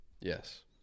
Yes